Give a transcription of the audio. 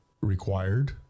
required